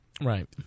Right